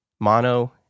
mono